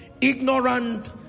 Ignorant